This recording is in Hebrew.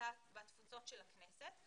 הקליטה והתפוצות של הכנסת,